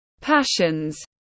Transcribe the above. passions